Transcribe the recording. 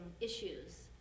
issues